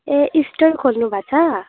ए stall खोल्नुभएको छ